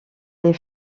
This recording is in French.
les